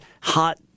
hot